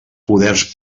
poders